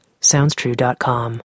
SoundsTrue.com